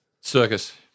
Circus